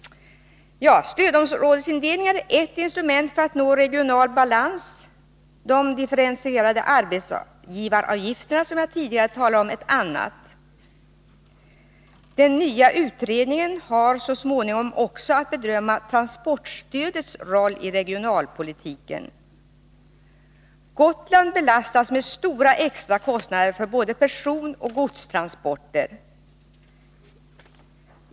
Stödområdesindelningen är ett instrument för att nå regional balans, de differentierade arbetsgivaravgifterna, som jag tidigare talade om, ett annat. Den nya utredningen har så småningom också att bedöma transportstödets roll i regionalpolitiken. Gotland belastas med stora extra kostnader för både personoch godstransporter.